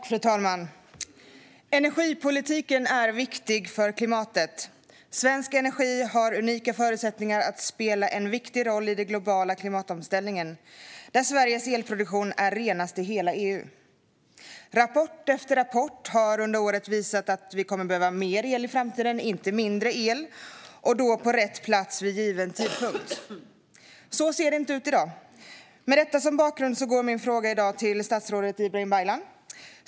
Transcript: Fru talman! Energipolitiken är viktig för klimatet. Svensk energi har unika förutsättningar att spela en viktig roll i den globala klimatomställningen, där Sveriges elproduktion är renast i hela EU. Rapport efter rapport har under året visat att vi kommer att behöva mer el i framtiden, inte mindre, och då på rätt plats vid given tidpunkt. Så ser det inte ut i dag. Med detta som bakgrund går min fråga i dag till statsrådet Ibrahim Baylan.